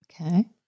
Okay